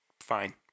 fine